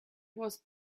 was